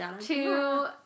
two